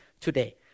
today